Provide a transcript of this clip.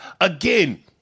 again